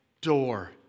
door